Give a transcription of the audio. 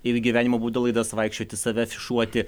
ir į gyvenimo būdo laidas vaikščioti save afišuoti